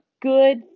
good